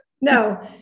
No